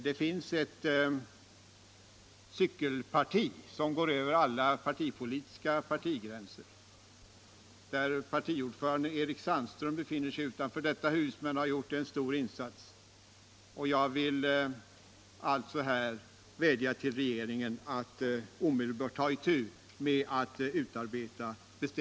Det finns ett cykelparti som går över alla partigränser. Partiordföranden, Erik Sandström, befinner sig utanför detta hus men har gjort en stor insats på området.